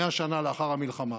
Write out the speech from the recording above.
100 שנה לאחר המלחמה,